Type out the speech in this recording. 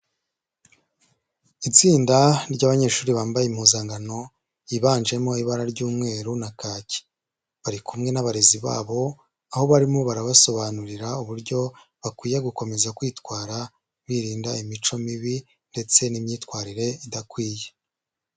Itsinda ry'abanyeshuri bambaye impuzankano yiganjemo ibara ry'umweru na kaki, bari kumwe n'abarezi babo, aho barimo barabasobanurira uburyo bakwiye gukomeza kwitwara, birinda imico mibi ndetse n'imyitwarire idakwiye.